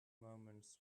moments